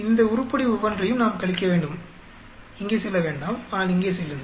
இந்த உருப்படி ஒவ்வொன்றையும் நாம் கழிக்க வேண்டும் இங்கே செல்ல வேண்டாம் ஆனால் இங்கே செல்லுங்கள்